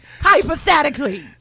hypothetically